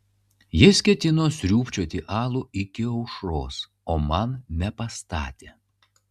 jis ketino sriūbčioti alų iki aušros o man nepastatė